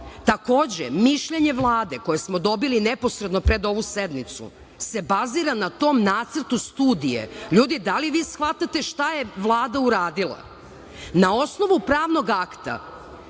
moguće. Takođe, mišljenje Vlade koje smo dobili neposredno pred ovu sednicu se bazira na tom nacrtu studije. Ljudi, da li vi shvatate šta je Vlada uradila? Na osnovu pravnog akta